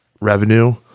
revenue